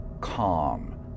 calm